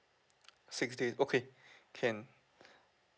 six day okay can